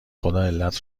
خداعلت